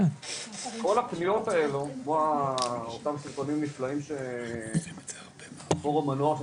כל הפניות האלו כמו אותם סרטונים נפלאים שפורום הנוער של